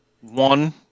One